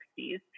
60s